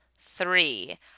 three